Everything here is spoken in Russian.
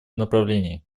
направлений